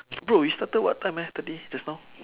bro we started what time ah today just now